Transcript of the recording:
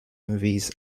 movies